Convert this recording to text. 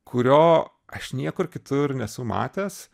kurio aš niekur kitur nesu matęs